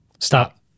Stop